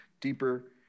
deeper